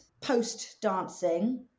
post-dancing